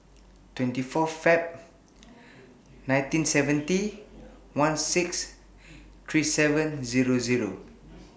twenty four Feb one thousand nine hundred and seventy sixteen thirty seven